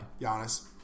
Giannis